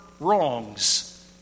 wrongs